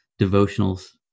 devotionals